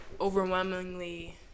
overwhelmingly